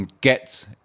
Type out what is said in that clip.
get